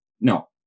No